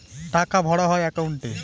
টাকা ভরা হয় একাউন্টে